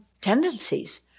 tendencies